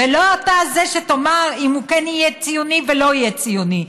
ולא אתה זה שתאמר אם הוא כן יהיה ציוני או לא יהיה ציוני.